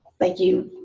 like, you,